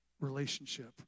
relationship